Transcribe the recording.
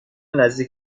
نزدیک